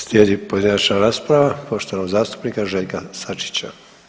Slijedi pojedinačna rasprava poštovanog zastupnika Željka Sačića.